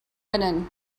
benin